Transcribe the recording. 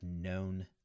known